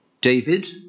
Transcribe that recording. David